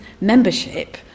membership